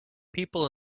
people